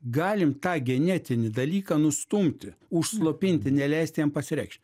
galim tą genetinį dalyką nustumti užslopinti neleisti jam pasireikšt